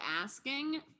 asking